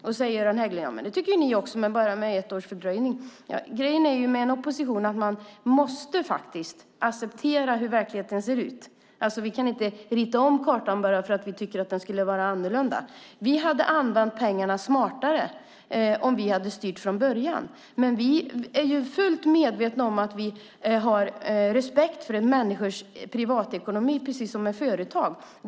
Då säger Göran Hägglund: Det tycker ni också men bara med ett års fördröjning. Grejen med en opposition är att man måste acceptera hur verkligheten ser ut. Vi kan inte rita om kartan bara för att vi tycker att den skulle vara annorlunda. Vi hade använt pengarna smartare om vi hade styrt från början. Men vi har respekt för människors privatekonomi precis som för företag.